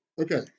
Okay